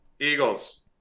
Eagles